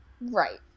Right